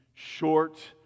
short